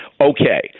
Okay